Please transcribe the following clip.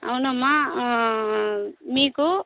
అవునమ్మా మీకు